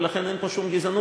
ולכן אין פה שום גזענות,